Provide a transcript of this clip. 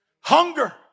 hunger